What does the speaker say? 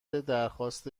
درخواست